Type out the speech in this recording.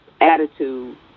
attitude